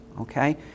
okay